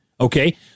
Okay